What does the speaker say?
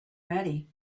ready